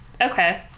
Okay